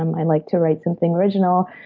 um i like to write something original.